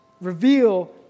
reveal